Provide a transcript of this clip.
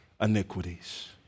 iniquities